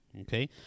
Okay